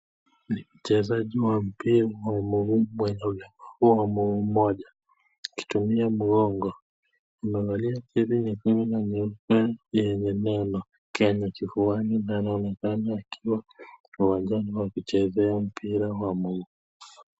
Ni mchezaji wa mpira wa miguu umwenye ulemavu wa mguu mmoja. Akitumia mgongo. Amevalia jezi nyekunda na nyeupe na leno neno Kenya kifuani. Anaonekana akiwa uwanjani wa kuchezea mpira wa miguu.